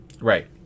Right